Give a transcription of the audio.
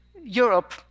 Europe